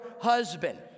husband